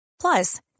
Plus